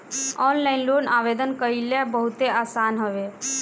online loan आवेदन कईल बहुते आसान हवे